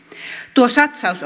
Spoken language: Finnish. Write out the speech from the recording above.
tuo satsaus